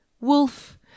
Wolf